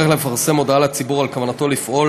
לפרסם הודעה לציבור על כוונתו לפעול